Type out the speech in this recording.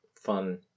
fun